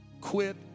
quit